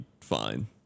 fine